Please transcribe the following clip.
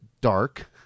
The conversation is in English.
dark